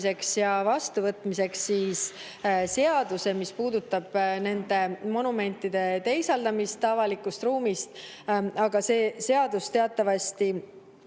ja vastuvõtmiseks seaduse, mis puudutab nende monumentide teisaldamist avalikust ruumist. Aga teatavasti